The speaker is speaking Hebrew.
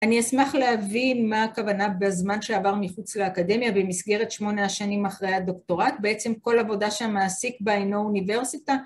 אני אשמח להבין מה הכוונה בזמן שעבר מחוץ לאקדמיה במסגרת שמונה השנים אחרי הדוקטורט בעצם כל עבודה שהמעסיק בה אינו אוניברסיטה